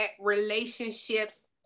relationships